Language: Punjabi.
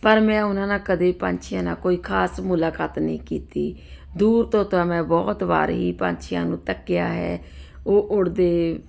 ਪਰ ਮੈਂ ਉਹਨਾਂ ਨਾਲ ਕਦੇ ਪੰਛੀਆਂ ਨਾਲ ਕੋਈ ਖਾਸ ਮੁਲਾਕਾਤ ਨਹੀਂ ਕੀਤੀ ਦੂਰ ਤੋਂ ਤਾਂ ਮੈਂ ਬਹੁਤ ਵਾਰੀ ਪੰਛੀਆਂ ਨੂੰ ਤੱਕਿਆ ਹੈ ਉਹ ਉੜਦੇ